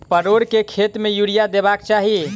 परोर केँ खेत मे यूरिया देबाक चही?